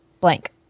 Blank